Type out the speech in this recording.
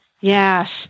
Yes